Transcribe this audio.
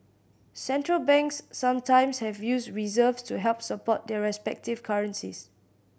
Central Banks sometimes have used reserves to help support their respective currencies